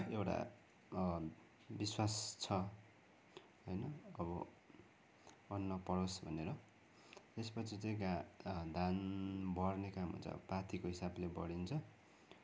एउटा विश्वास छ होइन अब अन्न परोस् भनेर त्यसपछि चाहिँ घा धान भर्ने काम हुन्छ अब पाथीको हिसाबले भरिन्छ